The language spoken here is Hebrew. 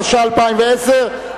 התש"ע 2010,